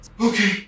Okay